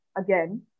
again